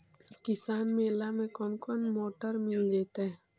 किसान मेला में कोन कोन मोटर मिल जैतै?